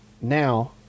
now